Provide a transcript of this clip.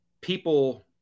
people